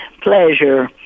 pleasure